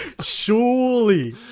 Surely